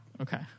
Okay